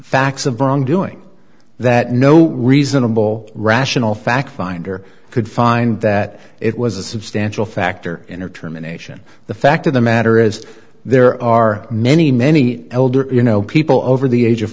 facts of wrongdoing that no reasonable rational fact finder could find that it was a substantial factor in her terminations the fact of the matter is there are many many older you know people over the age of